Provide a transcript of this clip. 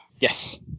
Yes